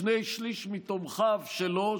שני-שלישים מתומכיו שלו,